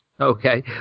Okay